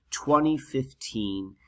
2015